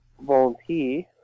volunteer